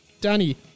Danny